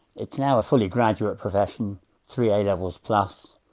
it's now a fully graduate profession three a levels plus,